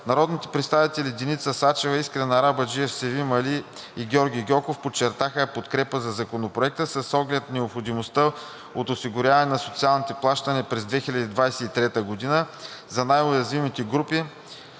Народните представители Деница Сачева, Искрен Арабаджиев, Севим Али и Георги Гьоков изразиха подкрепа за Законопроекта с оглед необходимостта от осигуряване на социалните плащания през 2023 г. за най-уязвимите групи,